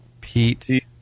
Pete